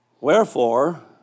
Wherefore